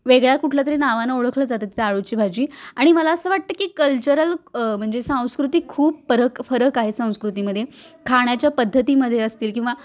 वेगळ्या कुठलं तरी नावानं ओखळलं जातं ती अळूची भाजी आणि मला असं वाटतं की कल्चरल म्हणजे सांस्कृतिक खूप फरक फरक आहे संस्कृतीमध्ये खाण्याच्या पद्धतीमध्ये असतील किंवा